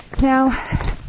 Now